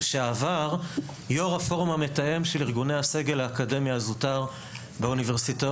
לשעבר יו"ר הפורום המתאם של ארגוני הסגל האקדמי הזוטר באוניברסיטאות